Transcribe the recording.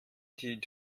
die